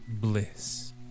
bliss